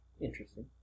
Interesting